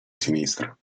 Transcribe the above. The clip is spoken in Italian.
sinistra